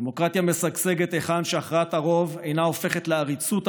דמוקרטיה משגשגת היכן שהכרעת הרוב אינה הופכת לעריצות הרוב,